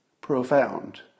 profound